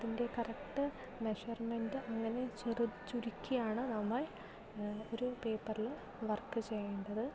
അതിൻ്റെ correct measurement അങ്ങനെ ചെറുത് ചുരുക്കിയാണ് നമ്മൾ ഒര് പേപ്പറില് വർക്ക് ചെയ്യേണ്ടത്